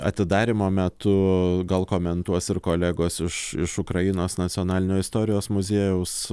atidarymo metu gal komentuos ir kolegos iš iš ukrainos nacionalinio istorijos muziejaus